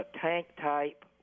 tank-type